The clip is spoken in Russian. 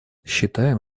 считаем